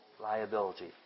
liability